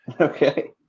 Okay